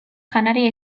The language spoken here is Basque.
janaria